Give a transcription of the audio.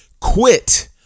quit